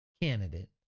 candidate